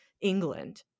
England